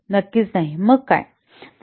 नाही नक्कीच नाही मग का